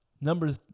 number